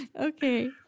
Okay